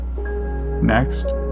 Next